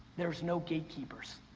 there's no gatekeepers.